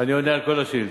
אני עונה על כל השאילתות.